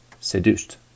seduced